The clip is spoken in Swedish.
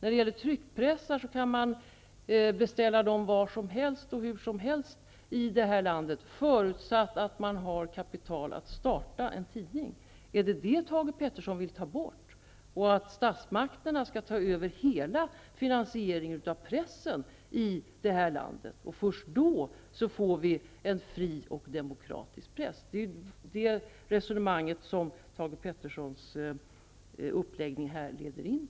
Beträffande tryckpressar kan sådana beställas var som helst och hur som helst i det här landet, förutsatt att man har kapital att starta en tidning. Är det det Thage G Peterson vill ta bort, så att statsmakterna i stället skall ta över hela finansieringen av pressen? Menar Thage G Peterson att vi först då får en fri och demokratisk press? Det är ju ett sådant resonemang som Thage G Petersons senaste inlägg för tankarna till.